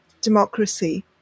democracy